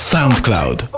Soundcloud